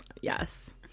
Yes